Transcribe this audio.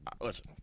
listen